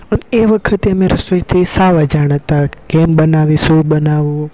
એ વખતે અમે રસોઈથી સાવ અજાણ હતા કેમ બનાવી શું બનાવું